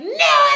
no